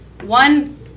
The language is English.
one